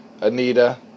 Anita